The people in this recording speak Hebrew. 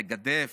לגדף,